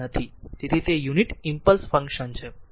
તેથી તે unit impulse function છે